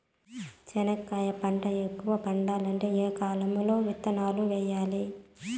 చెనక్కాయ పంట ఎక్కువగా పండాలంటే ఏ కాలము లో విత్తనాలు వేయాలి?